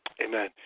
Amen